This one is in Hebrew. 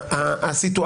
המצב